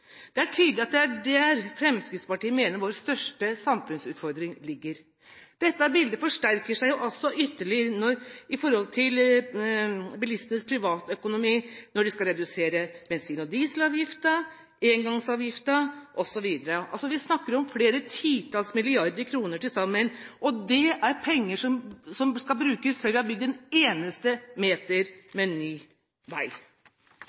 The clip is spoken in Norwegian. Det er tydelig at det er der Fremskrittspartiet mener vår største samfunnsutfordring ligger. Dette bildet forsterker seg ytterligere med hensyn til bilistenes privatøkonomi når de skal redusere bensin- og dieselavgiften, engangsavgiften osv. Vi snakker altså om flere titalls milliarder kroner til sammen, og det er penger som skal brukes før vi har bygd en eneste meter med ny vei.